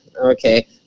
okay